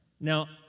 Now